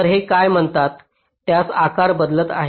तर ते काय म्हणतात त्यास आकार बदलत आहे